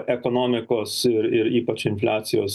ekonomikos ir ir ypač infliacijos